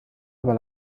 aber